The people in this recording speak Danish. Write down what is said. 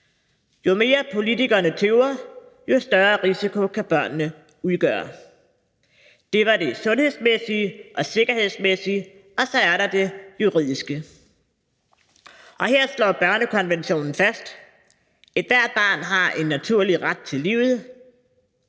Jo mere politikerne tøver, jo større risiko kan børnene udgøre. Det var det sundhedsmæssige og sikkerhedsmæssige, og så er der det juridiske, og her slår børnekonventionen fast: Ethvert barn har en naturlig ret til livet.